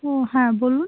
ও হ্যাঁ বলুন